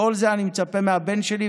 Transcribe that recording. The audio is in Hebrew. לכל זה אני מצפה מהבן שלי.